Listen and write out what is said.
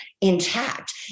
intact